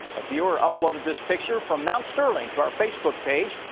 a viewer uploaded this picture from mt sterling to our facebook page.